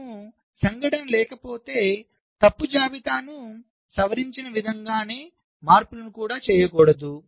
మనము సంఘటన లేకపోతే తప్పు జాబితాను సవరించిన విధంగానే మార్పులను కూడా చేయకూడదు